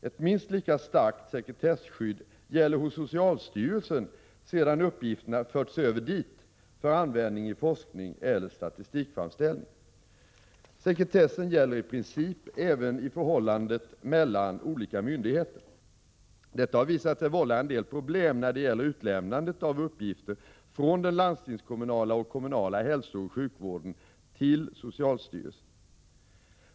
Ett minst lika starkt sekretesskydd gäller hos socialstyrelsen sedan uppgifterna förts över dit för användning i forskning eller statistikframställning. Sekretess gäller i princip även i förhållandet mellan olika myndigheter. Detta har visat sig vålla en del problem när det gäller utlämnandet av uppgifter från den landstingskommunala och kommunala hälsooch sjukvården till socialstyrelsen.